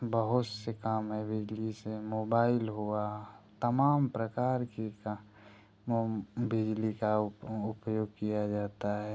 बहुत से काम हैं बिजली से मोबाइल हुआ तमाम प्रकार के का मोम बिजली का उपयोग किया जाता है